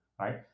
right